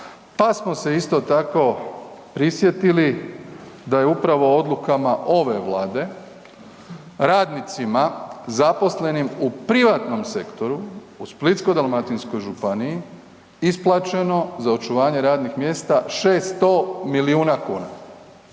pa smo se isto tako prisjetili da je upravo odlukama ove Vlade radnicima zaposlenim u privatnom sektoru u Splitsko-dalmatinskoj županiji isplaćeno za očuvanje radnih mjesta 600 milijuna kuna.